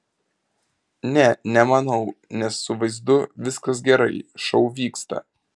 ne nemanau nes su vaizdu viskas gerai šou vyksta